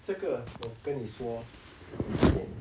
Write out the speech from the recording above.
这个我跟你说一点